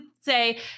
say